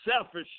selfish